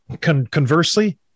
conversely